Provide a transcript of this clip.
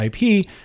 IP